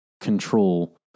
Control